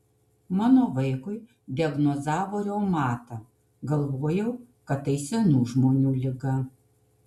mano vaikui diagnozavo reumatą galvojau kad tai senų žmonių liga